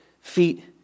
feet